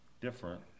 different